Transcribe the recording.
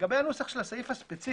לגבי הנוסח של הסעיף הספציפי,